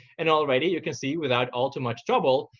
and already you can see, without all too much trouble,